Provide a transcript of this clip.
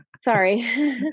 sorry